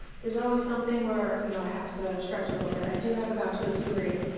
there's always something where you know i have to stretch a little bit i do have a bachelor's degree.